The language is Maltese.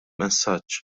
messaġġ